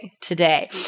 today